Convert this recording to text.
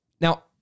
Now